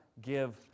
give